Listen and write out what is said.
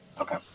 Okay